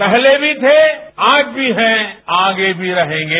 पहले भी थे आज भी हैं आगे भी रहेंगे